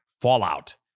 fallout